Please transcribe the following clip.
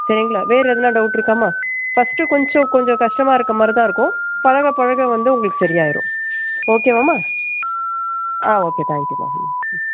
சரிங்களா வேறு எதனா டவுட் இருக்காமா ஃபர்ஸ்ட்டு கொஞ்சம் கொஞ்சம் கஷ்டமாகருக்க மாதிரிதாருக்கும் பழக பழக வந்து உங்களுக்கு சரி ஆயிடும் ஓகேவாமா ஓகே தேங்க் யூமா